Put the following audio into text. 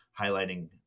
highlighting